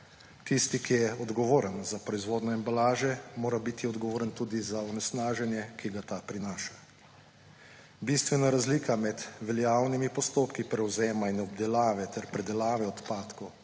Tisti, ki je odgovoren za proizvodnjo embalaže, mora biti odgovoren tudi za onesnaženje, ki ga ta prinaša. Bistvena razlika med veljavnimi postopki prevzema in obdelave ter predelave odpadkov